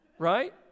right